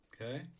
okay